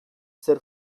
zer